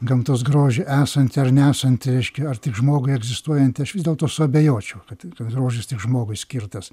gamtos grožį esantį ar nesantį reiškia ar tik žmogui egzistuojantį aš vis dėlto suabejočiau kad grožis žmogui skirtas